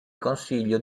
consiglio